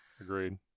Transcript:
Agreed